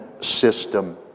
system